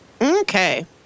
Okay